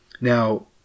Now